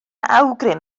awgrym